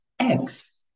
eggs